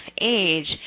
age